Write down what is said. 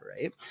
right